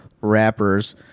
rappers